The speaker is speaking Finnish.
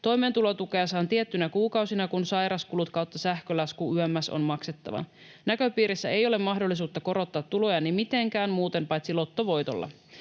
Toimeentulotukea saan tiettyinä kuukausina, kun sairauskulut/sähkölasku yms. on maksettava. Näköpiirissä ei ole mahdollisuutta korottaa tulojani mitenkään muuten paitsi lottovoitolla.